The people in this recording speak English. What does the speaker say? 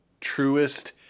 truest